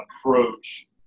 approach